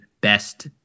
best